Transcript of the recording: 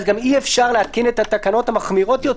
אי-אפשר להתקין את התקנות המחמירות יותר.